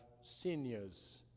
seniors